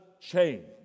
change